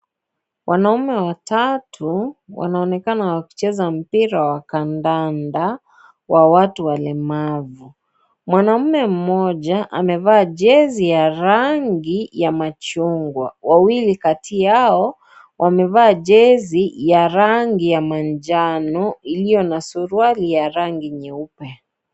Wanaume watatu wanaonekana wakicheza mpira wa kandanda wa watu walemavu. Mwanaume mmoja, amevaa jezi ya rangi ya machungwa. Wawili kati yao, wamevaa jezi ya rangi ya manjano iliyo na suruali ya rangi nyeupe.